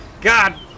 god